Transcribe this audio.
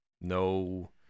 No